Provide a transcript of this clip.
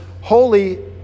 holy